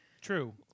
true